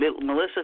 Melissa